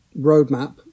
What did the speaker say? roadmap